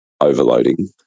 overloading